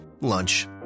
Lunch